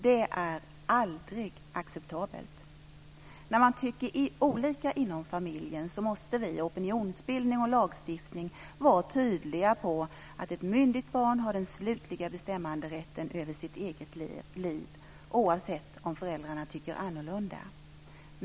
Det är aldrig acceptabelt. När man tycker olika inom familjen måste vi i opinionsbildning och lagstiftning vara tydliga med att ett myndigt barn har den slutliga bestämmanderätten över sitt eget liv oavsett om föräldrarna tycker annorlunda.